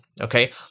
Okay